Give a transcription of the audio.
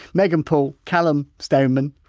megan paul, callum stoneman,